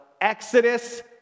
Exodus